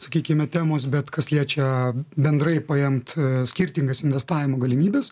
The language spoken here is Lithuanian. sakykime temos bet kas liečia bendrai paimt skirtingas investavimo galimybes